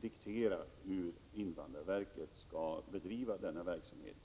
diktera hur invandrarverket skall bedriva denna verksamhet.